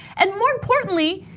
and more importantly,